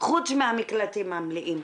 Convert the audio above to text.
חוץ מהמקלטים המלאים.